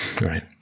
Right